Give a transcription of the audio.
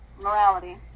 Morality